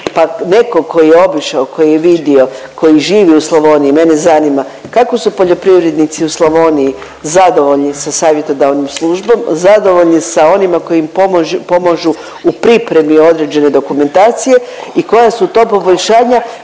pa netko koji je obišao, koji je vidio, koji živi u Slavoniji mene zanima kako su poljoprivrednici u Slavoniji zadovoljni sa savjetodavnom službom, zadovoljni sa onima koji im pomažu u pripremi određene dokumentacije i koja su to poboljšanja